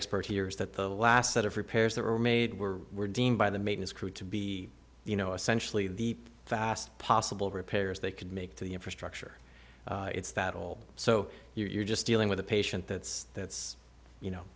expert here is that the last set of repairs that were made were were deemed by the maintenance crew to be you know essentially the fast possible repairs they could make to the infrastructure it's that old so you're just dealing with a patient that's that's you know